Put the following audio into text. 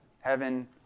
heaven